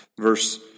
verse